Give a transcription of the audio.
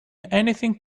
anything